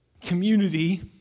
community